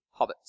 Hobbits